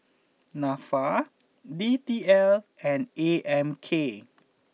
Nafa D T L and A M K